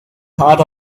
heart